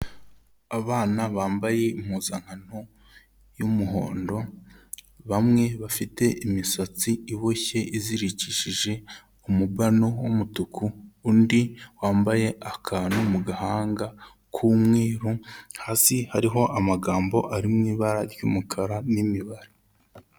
Abana bambaye impuzankano y'umuhondo, bamwe bafite imisatsi iboshye izirikishije umubano w'umutuku, undi wambaye akantu mu gahanga k'umweru, hasi hariho amagambo ari mu ibara ry'umukara n'imibare.